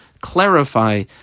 clarify